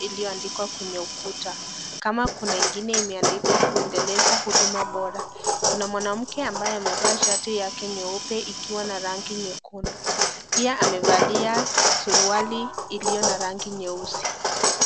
ilioandikwa kwenye ukuta kama kuna ingine imeandikwa 'kuendeleza Huduma Bora 'kuna mwanamke ambaye amevaa shati yake nyeupe ikiwa na rangi nyekundu pia amevalia suruali iliyo na rangi nyeusi.